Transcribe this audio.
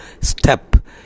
step